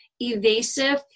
Evasive